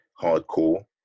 hardcore